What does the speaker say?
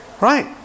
Right